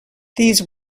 these